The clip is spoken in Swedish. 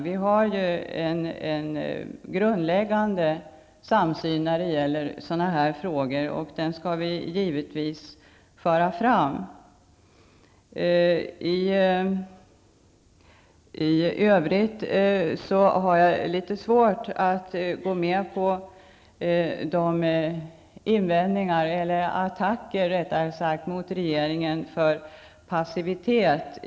Vi har ju en grundläggande samsyn på det här området, och vi skall givetvis föra fram våra åsikter. I övrigt har jag litet svårt att förstå attackerna mot regeringen beträffande passivitet.